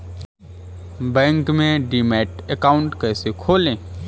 Bank में demat account कैसे खोलें?